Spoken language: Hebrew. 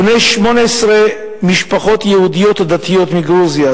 בני 18 משפחות יהודיות דתיות מגרוזיה,